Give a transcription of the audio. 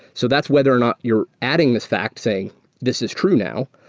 so that's whether or not you're adding this fact saying this is true now,